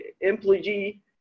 employee